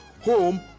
home